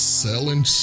selling